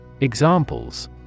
Examples